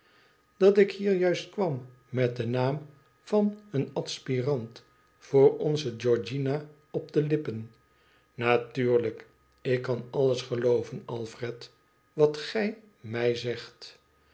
dat ik hier juist kwam met den naam van een adspirant voor onze georgiana op de lippen natuurlijk ik kan alles gelooven alfred wat gij mij zegt